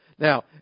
Now